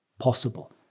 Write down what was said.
Possible